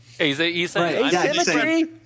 Asymmetry